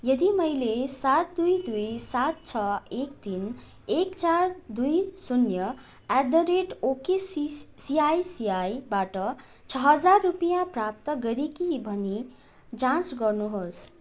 यदि मैले सात दुई दुई सात छ एक तिन एक चार दुई शून्य एट द रेट ओकेसिसिआई सिआईबाट छ हजार रुपियाँ प्राप्त गरेँ कि भनी जाँच गर्नुहोस्